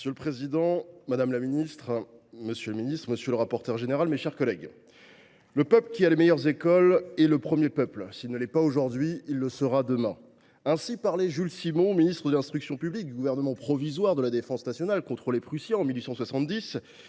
Monsieur le président, madame, monsieur les ministres, mes chers collègues, « Le peuple qui a les meilleures écoles est le premier peuple. S’il ne l’est pas aujourd’hui, il le sera demain. » Ainsi parlait Jules Simon, ministre de l’instruction publique du gouvernement provisoire de la Défense nationale contre les Prussiens en 1870